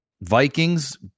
Vikings